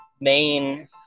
main